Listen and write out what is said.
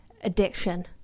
addiction